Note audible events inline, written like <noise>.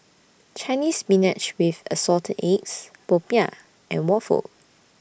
Chinese Spinach with Assorted Eggs <noise> Popiah and Waffle